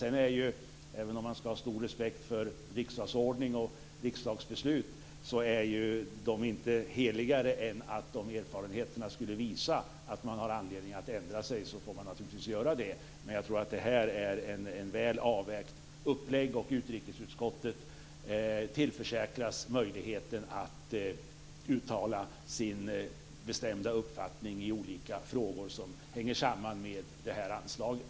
Sedan är det ju så att även om man ska ha stor respekt för riksdagsordning och riksdagsbeslut är dessa inte heligare än att om erfarenheterna skulle visa att man har anledning att ändra sig får man naturligtvis göra det. Men jag tror att det här är ett väl avvägt upplägg, och utrikesutskottet tillförsäkras också möjligheten att uttala sin bestämda uppfattning i olika frågor som hänger samman med det här anslaget.